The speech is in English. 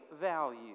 value